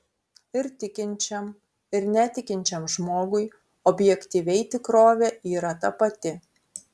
ir tikinčiam ir netikinčiam žmogui objektyviai tikrovė yra ta pati